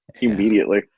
immediately